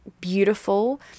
beautiful